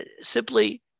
simply